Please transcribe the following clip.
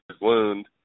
wound